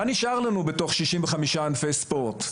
מה נשאר לנו בתוך שישים וחמישה ענפי ספורט?